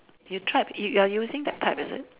you tried you you are using the app is it